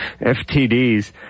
FTDs